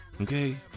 okay